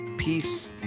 Peace